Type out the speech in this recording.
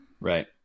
Right